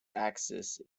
axis